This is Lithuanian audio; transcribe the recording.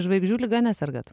žvaigždžių liga nesergat